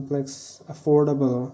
affordable